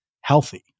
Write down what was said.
healthy